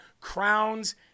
Crowns